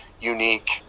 unique